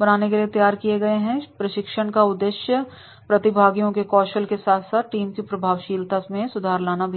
बनाने के लिए तैयार किए गए हैं प्रशिक्षण का उद्देश्य प्रतिभागियों के कौशल के साथ साथ टीम की प्रभावशीलता में सुधार करना भी है